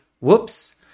whoops